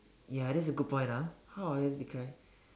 ya that's a good point ah how would I describe